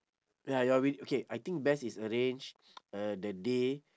ya you're wi~ okay I think best is arrange uh the day